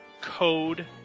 code